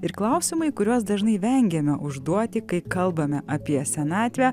ir klausimai kuriuos dažnai vengiame užduoti kai kalbame apie senatvę